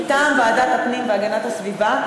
מטעם ועדת הפנים והגנת הסביבה,